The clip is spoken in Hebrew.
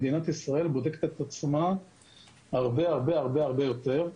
מדינת ישראל בודקת את עצמה הרבה-הרבה יותר.